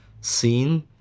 scene